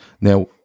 Now